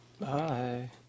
Bye